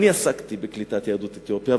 אני עסקתי בקליטת יהדות אתיופיה,